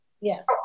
Yes